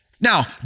Now